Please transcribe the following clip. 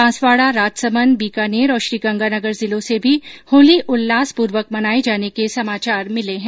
बांसवाड़ा राजसमंद बीकानेर और श्रीगंगानगर जिलों से भी होली उल्लास पूर्वक मनाए जाने के समाचार मिले है